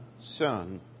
Son